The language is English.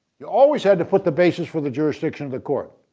you always had to put the basis for the jurisdiction of the court.